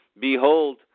Behold